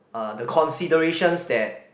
uh the considerations that